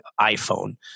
iPhone